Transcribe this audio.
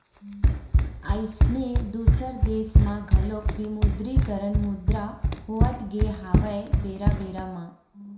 अइसने दुसर देश म घलोक विमुद्रीकरन मुद्रा होवत गे हवय बेरा बेरा म